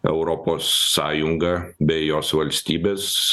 europos sąjunga bei jos valstybės